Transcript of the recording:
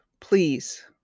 please